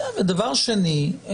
דבר שני,